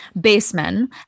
basemen